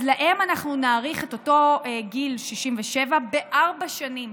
אז להם אנחנו נאריך את אותו גיל 67 בארבע שנים.